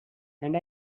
and